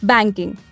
Banking